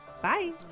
Bye